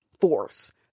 Force